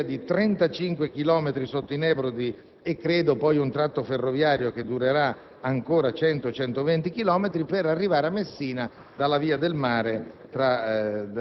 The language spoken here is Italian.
una galleria lunga 35 chilometri e poi, credo, un tratto ferroviario che durerà ancora 100-120 chilometri, per arrivare a Messina dalla via del mare,